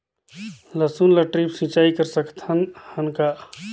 लसुन ल ड्रिप सिंचाई कर सकत हन का?